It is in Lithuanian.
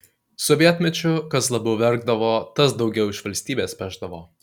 sovietmečiu kas labiau verkdavo tas daugiau iš valstybės pešdavo